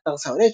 באתר סלונט,